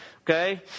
Okay